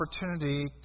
opportunity